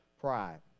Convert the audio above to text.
pride